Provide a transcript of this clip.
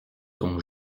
ton